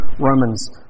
Romans